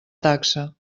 taxa